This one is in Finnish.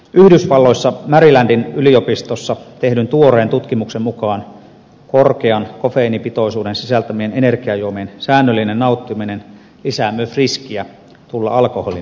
yhdysvalloissa marylandin yliopistossa tehdyn tuoreen tutkimuksen mukaan korkean kofeiinipitoisuuden sisältämien energiajuomien säännöllinen nauttiminen lisää myös riskiä tulla alkoholin liikakäyttäjäksi